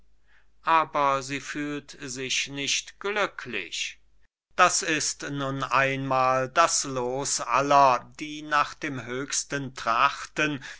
aber sie fühlt sich nicht glücklich das ist nun einmahl das loos aller die nach dem höchsten trachten